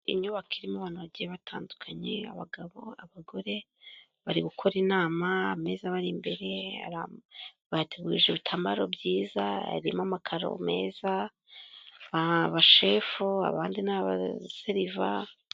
Iyi inyubako irimo abantu bagiye batandukanye, abagabo, abagore, bari gukora inama, ameza abari imbere, bateguje ibitambaro byiza, harimo amakaro meza, abashefu, abandi n'abaseriva.